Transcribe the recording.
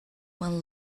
when